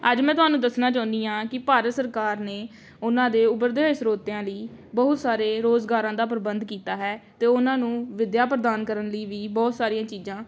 ਅੱਜ ਮੈਂ ਤੁਹਾਨੂੰ ਦੱਸਣਾ ਚਾਹੁੰਦੀ ਹਾਂ ਕਿ ਭਾਰਤ ਸਰਕਾਰ ਨੇ ਉਹਨਾਂ ਦੇ ਉਭਰਦੇ ਹੋਏ ਸਰੋਤਿਆਂ ਲਈ ਬਹੁਤ ਸਾਰੇ ਰੋਜ਼ਗਾਰਾਂ ਦਾ ਪ੍ਰਬੰਧ ਕੀਤਾ ਹੈ ਅਤੇ ਉਹਨਾਂ ਨੂੰ ਵਿੱਦਿਆ ਪ੍ਰਦਾਨ ਕਰਨ ਲਈ ਵੀ ਬਹੁਤ ਸਾਰੀਆਂ ਚੀਜ਼ਾਂ